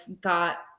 got